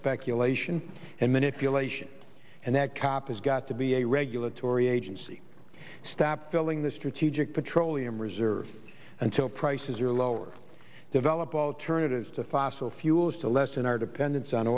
speculation and manipulation and that cop has got to be a regulatory agency stop filling the strategic petroleum reserve until prices are lowered develop alternatives to fossil fuels to lessen our dependence on